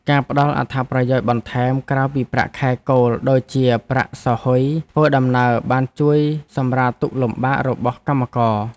ការផ្តល់អត្ថប្រយោជន៍បន្ថែមក្រៅពីប្រាក់ខែគោលដូចជាប្រាក់សោហ៊ុយធ្វើដំណើរបានជួយសម្រាលទុក្ខលំបាករបស់កម្មករ។